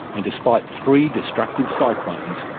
and despite three destructive cyclones,